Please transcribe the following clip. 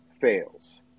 fails